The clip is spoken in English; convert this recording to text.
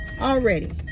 Already